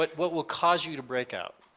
but what will cause you to break out?